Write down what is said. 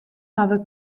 hawwe